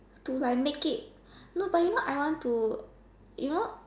to like make it no but you know I want to you know